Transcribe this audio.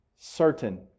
certain